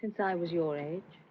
since i was your age